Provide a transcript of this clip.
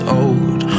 old